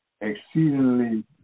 exceedingly